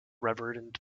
reverend